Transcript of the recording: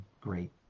great